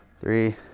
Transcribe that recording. three